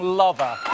lover